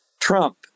Trump